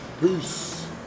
Peace